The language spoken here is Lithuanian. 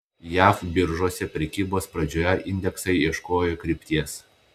jav biržose prekybos pradžioje indeksai ieškojo krypties